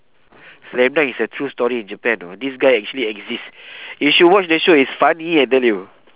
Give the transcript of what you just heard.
slam dunk is a true story in japan you know this guy actually exists you should watch this show it's funny I tell you